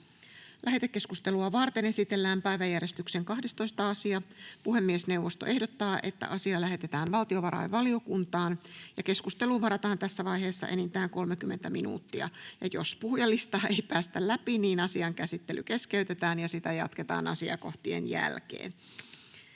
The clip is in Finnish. Lähetekeskustelua varten esitellään päiväjärjestyksen 4. asia. Puhemiesneuvosto ehdottaa, että asia lähetetään valtiovarainvaliokuntaan. Keskusteluun varataan tässä vaiheessa enintään 45 minuuttia. Jos puhujalistaa ei tässä ajassa ehditä käydä loppuun, asian käsittely keskeytetään ja sitä jatketaan muiden asiakohtien jälkeen.